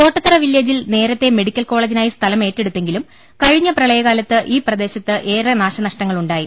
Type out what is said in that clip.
കോട്ടത്തറ വില്ലേജിൽ നേരത്തെ മെഡിക്കൽ കോളേജിനായി സ്ഥലമേറ്റെടുത്തെങ്കിലും കഴിഞ്ഞ പ്രളയ കാലത്ത് ഈ പ്രദേശത്ത് ഏറെ നാശനഷ്ടങ്ങൾ ഉണ്ടായി